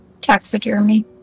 Taxidermy